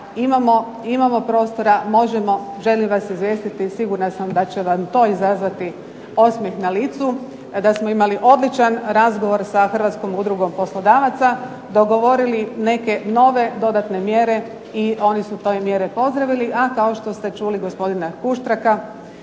imamo prostora, možemo, želim vas izvijestiti i sigurna sam da će vam to izazvati osmijeh na licu, da smo imali odličan razgovor sa Hrvatskom udrugom poslodavaca, dogovorili neke nove dodatne mjere i oni su te mjere pozdravili. A kao što ste čuli gospodina Kuštraka,